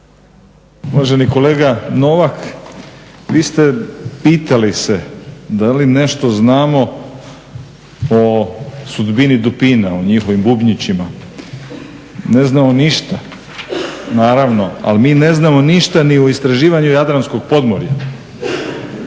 Uvaženi kolega Novak, vi ste pitali se da li nešto znamo o sudbini dupina o njihovim bubnjićima. Ne znamo ništa, naravno, ali mi ne znamo ništa ni o istraživanju Jadranskog podmorja.